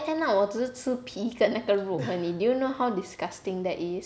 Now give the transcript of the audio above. ya then end up 我只试吃那个皮跟那个肉而已 did you know how disgusting that is